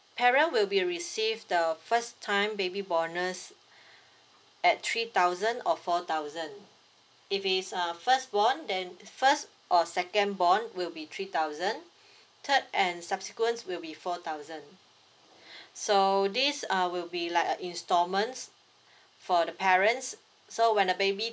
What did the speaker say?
parent will be received the first time baby bonus at three thousand or four thousand if it's a first born then first or second born will be three thousand third and subsequent will be four thousand so this uh will be like a instalments for the parents so when the baby